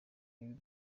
y’u